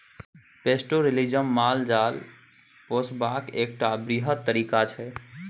pastoralism माल जाल पोसबाक एकटा बृहत तरीका छै